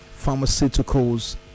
pharmaceuticals